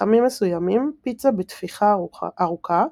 לחמים מסוימים, פיצה בתפיחה ארוכה,